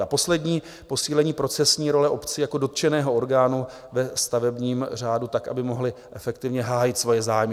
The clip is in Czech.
A poslední posílení procesní role obcí jako dotčeného orgánu ve stavebním řádu tak, aby mohly efektivně hájit svoje zájmy.